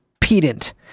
pedant